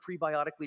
prebiotically